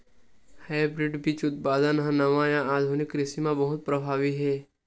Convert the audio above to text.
hybrid बीज उत्पादन हा नवा या आधुनिक कृषि मा बहुत प्रभावी हे